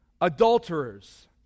adulterers